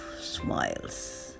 smiles